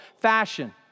fashion